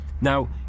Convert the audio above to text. now